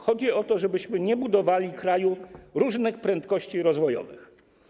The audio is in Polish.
Chodzi o to, żebyśmy nie budowali kraju różnych prędkości rozwojowych.